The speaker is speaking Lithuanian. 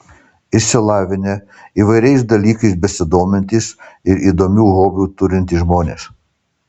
išsilavinę įvairiais dalykais besidomintys ir įdomių hobių turintys žmonės